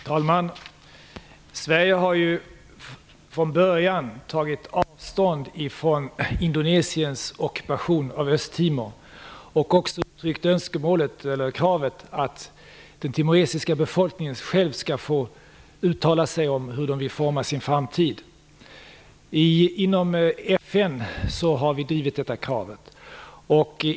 Herr talman! Sverige har ju från början tagit avstånd från Indonesiens ockupation av Östtimor och även uttryckt kravet att den timoresiska befolkningen själv skall få uttala sig om hur den vill forma sin framtid. Detta krav har vi drivit inom FN.